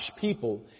people